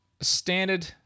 standard